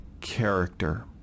character